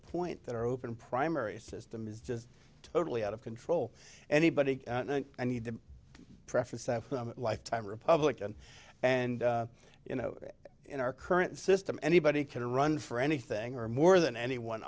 point that our open primary system is just totally out of control anybody i need to preface a lifetime republican and you know in our current system anybody can run for anything or more than any one